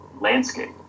landscape